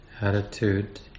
attitude